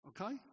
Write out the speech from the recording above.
Okay